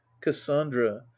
cassandra